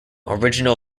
original